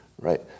right